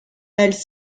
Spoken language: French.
elle